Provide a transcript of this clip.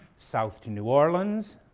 south to new orleans.